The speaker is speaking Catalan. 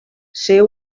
ser